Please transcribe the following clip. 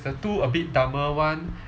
the two a bit dumber one